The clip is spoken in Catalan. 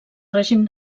règim